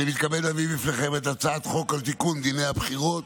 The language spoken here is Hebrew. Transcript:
אני מתכבד להביא בפניכם את הצעת חוק לתיקון דיני הבחירות